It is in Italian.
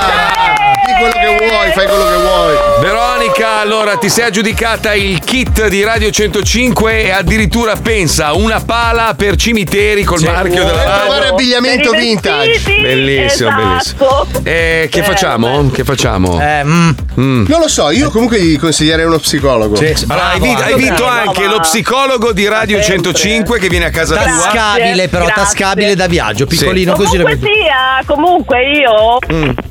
Dai! Fai quello che vuoi, fai quello che vuoi. Veronica, allora, ti sei aggiudicata il kit di Radio 105? E addirittura, pensa, una pala per cimiteri col Sì. marchio della Per radio. trovare abbigliamento vintage. Per i vestiti, Bellissimo, esatto. bellissimo. Eh, che Eh, facciamo? beh. Che facciamo? Eh, mm. Mm. Non lo so, io comunque gli consiglierei uno psicologo. Sì, bravo Hai vi- anche. hai vinto Sì, no, anche lo ma- psicologo di ma Radio 105 sempre. che viene a casa tua? Tascabile, Grazie, però, grazie. tascabile da viaggio, Sì. piccolino, così lo Comunque metti. sia, comunque io- Mm.